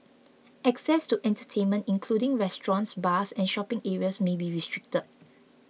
access to entertainment including restaurants bars and shopping areas may be restricted